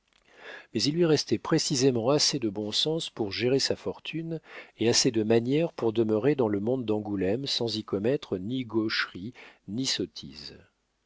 mais il lui restait précisément assez de bons sens pour gérer sa fortune et assez de manières pour demeurer dans le monde d'angoulême sans y commettre ni gaucheries ni sottises